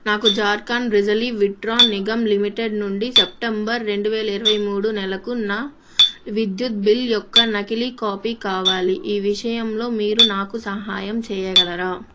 నాకు జార్ఖండ్ బిజిలీ విట్రాన్ నిగమ్ లిమిటెడ్ నుండి సెప్టెంబర్ రెండు వేల ఇరవై మూడు నెలకు నా విద్యుత్ బిల్ యొక్క నకిలీ కాపీ కావాలి ఈ విషయంలో మీరు నాకు సహాయం చేయగలరా